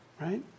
right